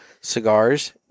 cigars